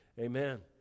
amen